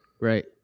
Right